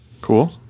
Cool